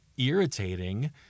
irritating